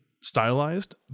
stylized